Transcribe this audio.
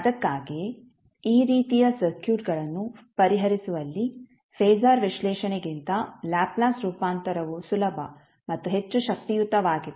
ಅದಕ್ಕಾಗಿಯೇ ಈ ರೀತಿಯ ಸರ್ಕ್ಯೂಟ್ಗಳನ್ನು ಪರಿಹರಿಸುವಲ್ಲಿ ಫಾಸರ್ ವಿಶ್ಲೇಷಣೆಗಿಂತ ಲ್ಯಾಪ್ಲೇಸ್ ರೂಪಾಂತರವು ಸುಲಭ ಮತ್ತು ಹೆಚ್ಚು ಶಕ್ತಿಯುತವಾಗಿದೆ